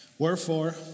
Wherefore